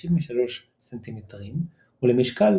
33–53 סנטימטרים ולמשקל